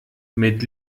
mit